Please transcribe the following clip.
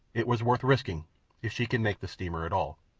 it was worth risking if she could make the steamer at all.